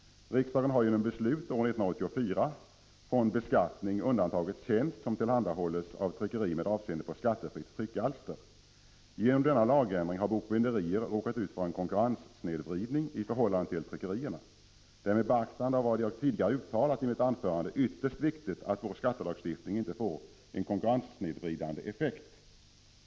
Riksdagen har genom beslut år 1984 från beskattning undantagit tjänst som tillhandahålls av tryckeri med avseende på skattefritt tryckalster. Genom denna lagändring har bokbinderier råkat ut för en konkurrenssnedvridning i förhållande till tryckerierna. Det är med beaktande av vad jag tidigare har uttalat i mitt anförande ytterst viktigt att vår skattelagstiftning inte får en konkurrenssnedvridande effekt.